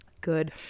Good